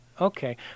Okay